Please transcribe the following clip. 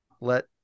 let